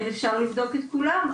כן אפשר לבדוק את כולם,